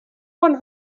one